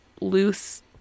loose